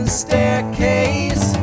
staircase